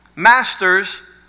Masters